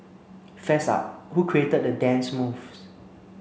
fess up who created the dance moves